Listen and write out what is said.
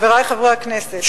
חברי חברי הכנסת,